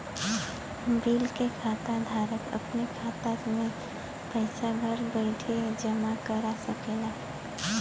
bill के खाता धारक अपने खाता मे पइसा घर बइठे जमा करा सकेला